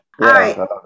right